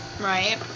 right